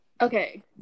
Okay